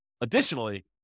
additionally